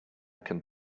can